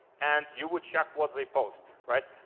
and you would check what they post right.